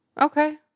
Okay